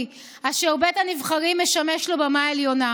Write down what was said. אשר בית הנבחרים משמש לו במה עליונה.